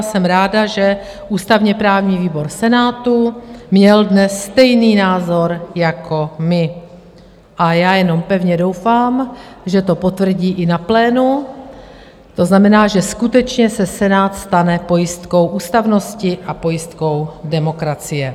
Jsem ráda, že ústavněprávní výbor Senátu měl dnes stejný názor jako my, a já jenom pevně doufám, že to potvrdí i na plénu, to znamená, že skutečně se Senát stane pojistkou ústavnosti a pojistkou demokracie.